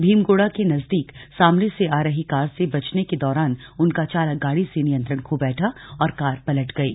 भीमगोड़ा के नजदीक सामने से आर रही कार से बचने के दौरान उनका चालक गाड़ी से नियंत्रण खो बैठा और कार पलट गयी